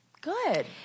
Good